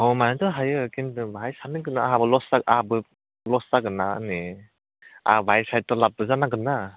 खमायनोथ' हायो खिन्थु बेहाय सान्नो गोनां आंहाबो लस जागोन ना आंनि आंहा बाहाय साइट' लाबबो जानांगोन ना